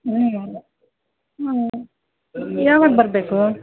ಹ್ಞೂ ಹ್ಞೂ ಯಾವಾಗ ಬರಬೇಕು